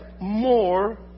more